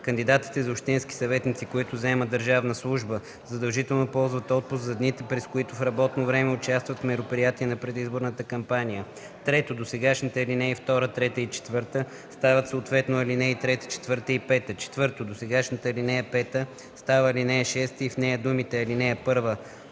Кандидатите за общински съветници, които заемат държавна служба, задължително ползват отпуск за дните, през които в работно време участват в мероприятия на предизборната кампания.” 3. Досегашните ал. 2, 3 и 4 стават съответно ал. 3, 4 и 5. 4. Досегашната ал. 5 стават ал. 6 и в нея думите „ал.